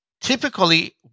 Typically